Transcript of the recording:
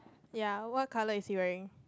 ya what color is he wearing